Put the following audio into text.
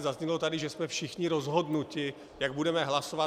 Zaznělo tady, že jsme všichni rozhodnuti, jak budeme hlasovat.